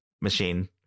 machine